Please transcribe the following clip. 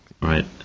Right